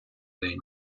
день